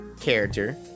character